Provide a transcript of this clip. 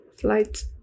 flight